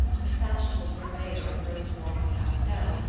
the fashionable purveyor of rose-water pastels,